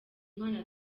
umwana